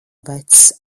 vecs